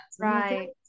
Right